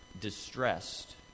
distressed